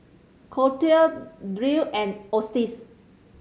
Colette Derl and Otis